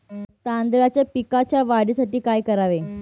तांदळाच्या पिकाच्या वाढीसाठी काय करावे?